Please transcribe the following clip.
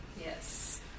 yes